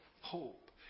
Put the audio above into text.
hope